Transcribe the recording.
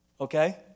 Okay